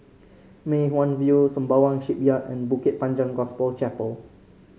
Mei Hwan View Sembawang Shipyard and Bukit Panjang Gospel Chapel